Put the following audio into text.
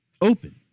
open